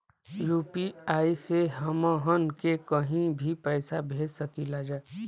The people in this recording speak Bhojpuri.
यू.पी.आई से हमहन के कहीं भी पैसा भेज सकीला जा?